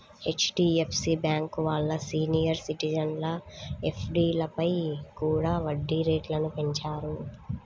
HDFC bank వాళ్ళు senior సిటిజన్ల ఎఫ్డీలపై కూడా వడ్డీ రేట్లను పెంచారు